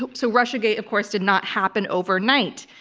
ah so russiagate, of course, did not happen overnight.